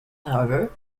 however